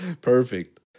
perfect